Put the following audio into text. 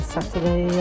Saturday